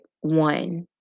one